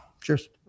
Cheers